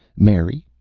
mary,